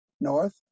north